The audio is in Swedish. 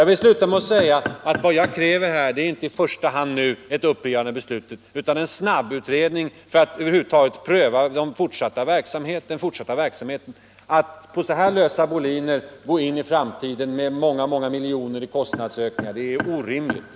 Vad jag här kräver är inte i första hand ett upprivande av beslutet utan en snabbutredning för att pröva den fortsatta verksamheten. Att på så här lösa boliner gå in i framtiden med många miljoner kronor i kostnadsökningar är orimligt.